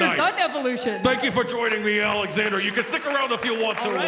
gun evolution. thank you for joining me alexandra. you can stick around if you want.